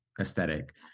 aesthetic